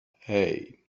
hey